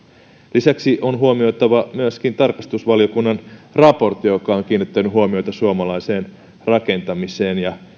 lisäksi on huomioitava myöskin tarkastusvaliokunnan raportti joka on kiinnittänyt huomiota suomalaiseen rakentamiseen ja